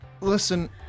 Listen